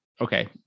okay